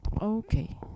Okay